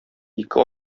ике